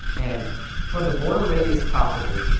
and for the border radius property,